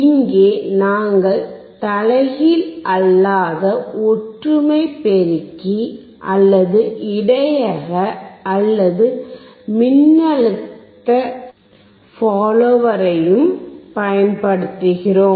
இங்கே நாங்கள் தலைகீழ் அல்லாத ஒற்றுமை பெருக்கி அல்லது இடையக அல்லது மின்னழுத்த ஃபாலோயரை பயன்படுத்துகிறோம்